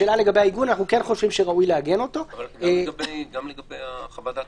גם העניין של חוות דעת